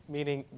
Meaning